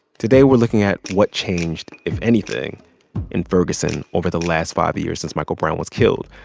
today, we're looking at what changed if anything in ferguson over the last five years since michael brown was killed.